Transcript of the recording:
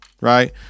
Right